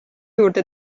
juurde